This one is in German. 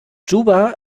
juba